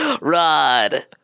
Rod